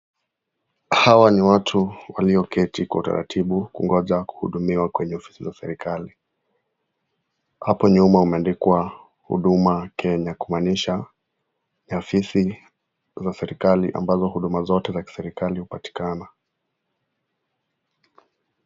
Hawa ni watu walioketi kwa utaratibu kungoja kuhudumiwa kwenye ofisi la serikali. Hapo nyuma imeandikwa huduma Kenya. Kumaanisha ni afisi za kiserikali ambazo huduma zote za serikali hupatikani.